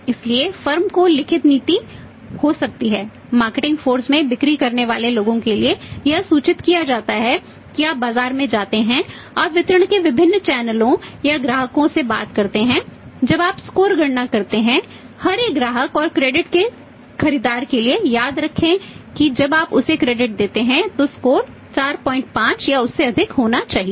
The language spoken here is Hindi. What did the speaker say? इसलिए फर्म 45 या उससे अधिक होना चाहिए